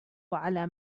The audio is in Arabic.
على